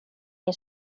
din